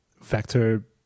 vector